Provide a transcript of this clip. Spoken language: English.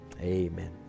Amen